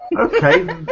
Okay